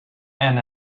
and